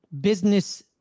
business